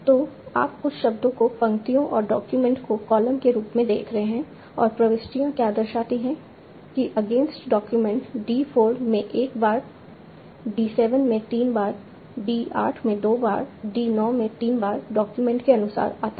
तो आप कुछ शब्दों को पंक्तियों और डॉक्यूमेंट को कॉलम के रूप में देख रहे हैं और प्रविष्टियाँ क्या दर्शाती हैं कि अगेंस्ट डॉक्यूमेंट d 4 में 1 बार d 7 में 3 बार d 8 में 2 बार d 9 में 3 बार डॉक्यूमेंट के अनुसार आता है